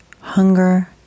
hunger